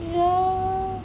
yeah